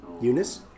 Eunice